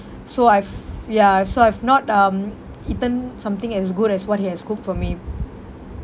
so I've ya I've so I've not um eaten something as good as what he has cooked for me